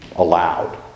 allowed